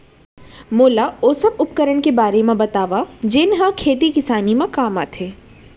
मोला ओ सब उपकरण के बारे म बतावव जेन ह खेती किसानी म काम आथे?